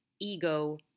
ego